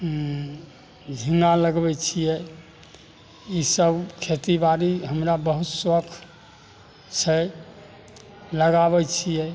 झिङ्गा लगबै छियै ई सभ खेतीबाड़ी हमरा बहुत शौख छै लगाबै छियै